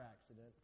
accident